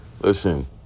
Listen